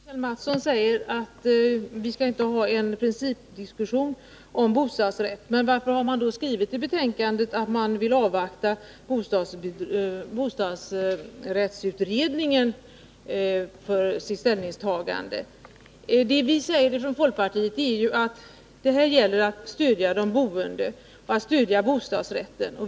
Herr talman! Kjell Mattsson säger att vi inte skall ha en principdiskussion om bostadsrätt. Men varför har man då skrivit i betänkandet att man vill avvakta bostadsrättsutredningens ställningstagande? Det vi säger från folkpartiet är att det här gäller att stödja de boende och bostadsrätten.